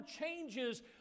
changes